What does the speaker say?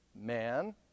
man